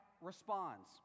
responds